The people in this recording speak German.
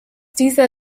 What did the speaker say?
dieser